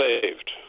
saved